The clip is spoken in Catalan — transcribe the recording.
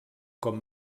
com